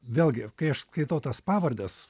vėlgi kai aš skaitau tas pavardes